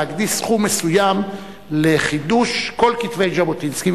להקדיש סכום מסוים לחידוש כל כתבי ז'בוטינסקי,